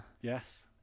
Yes